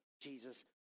Jesus